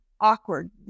awkward